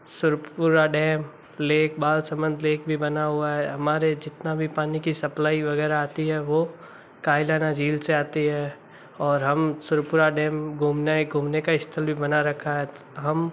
Sirpura dam lake Balsamand lake भी बना हुआ है हमारे जितना भी पानी की सप्लाई वगैरह आती है वह कायलाना झील से आती है और हम सिरपुरा डैम घूमने घूमने का स्थल भी बना रखा है हम